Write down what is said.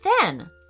Then